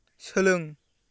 सोलों